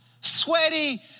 sweaty